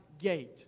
gate